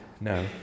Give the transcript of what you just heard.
No